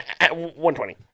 120